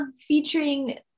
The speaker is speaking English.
featuring